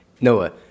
Noah